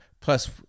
plus